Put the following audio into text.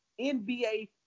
NBA